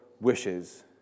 wishes